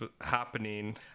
happening